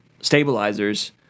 stabilizers